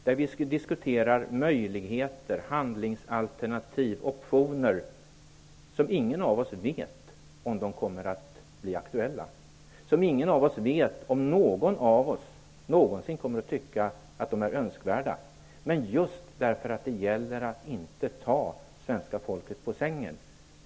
Vi måste diskutera möjligheter, handlingsalternativ och optioner utan att veta om de kommer att bli aktuella eller om någon av oss någonsin kommer att finna vara önskvärda. Det gäller att inte ta svenska folket på sängen.